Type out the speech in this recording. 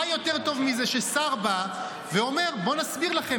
מה יותר טוב מזה ששר בא ואומר: בואו נסביר לכם.